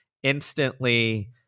instantly